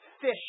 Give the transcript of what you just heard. fish